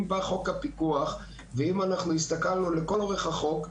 אם בא חוק הפיקוח ואם הסתכלנו לכל אורך החוק,